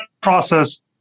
process